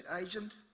agent